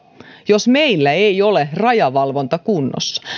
jos meillä ei ole rajavalvonta kunnossa